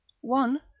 One